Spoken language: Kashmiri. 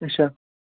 اچھا